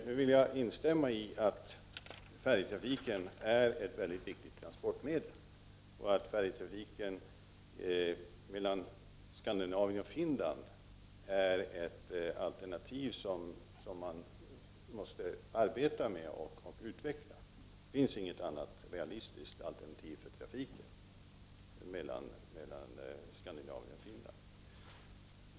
Jag vill instämma i vad som sades, att färjetrafiken är ett väldigt viktigt transportmedel och att färjetrafiken mellan Skandinavien och Finland är ett alternativ som man måste arbeta med och utveckla. Det finns inget annat realistiskt alternativ när det gäller trafiken mellan Skandinavien och Finland.